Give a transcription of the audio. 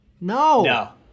No